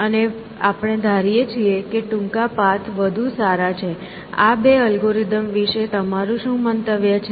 અને આપણે ધારીએ છીએ કે ટૂંકા પાથ વધુ સારા છે આ બે અલ્ગોરિધમ વિશે તમારું શું મંતવ્ય છે